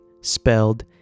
spelled